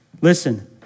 Listen